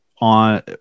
on